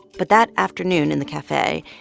but that afternoon in the cafe,